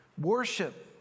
worship